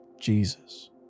Jesus